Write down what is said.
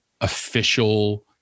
official